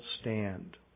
stand